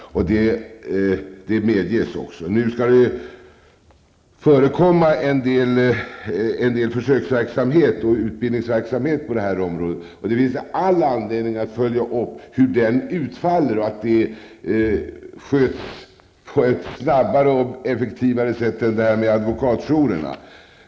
Det medges också. Nu skall det bli en del försöks och utbildningsverksamhet på området. Det finns all anledning att följa upp den här verksamheten och se hur den utfaller och att den sköts på ett snabbare och effektivare sätt än advokatjourerna.